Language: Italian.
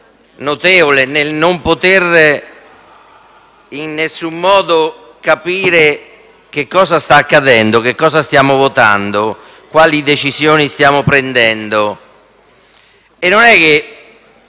notevole nel non poter in nessuno modo capire che cosa sta accadendo, che cosa stiamo votando, quali decisioni stiamo prendendo. E non mi sento